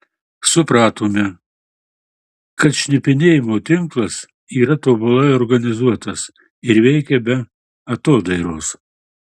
supratome kad šnipinėjimo tinklas yra tobulai organizuotas ir veikia be atodairos